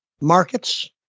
markets